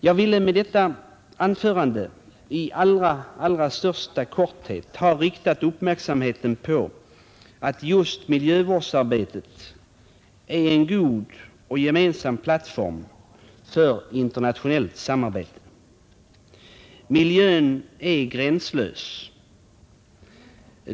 Jag har med detta anförande i allra största korthet velat rikta uppmärksamheten på att just miljövårdsarbetet är en god och gemensam plattform för internationellt samarbete — miljön är ju gränslös.